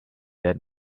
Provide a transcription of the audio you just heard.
that